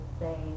say